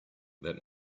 that